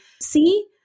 see